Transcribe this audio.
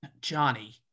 Johnny